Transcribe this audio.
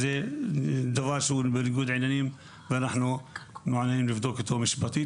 דבר שהוא בניגוד עניינים ואנחנו מעוניינים לבדוק אותו משפטית,